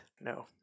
No